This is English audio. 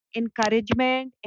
encouragement